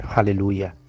Hallelujah